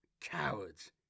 cowards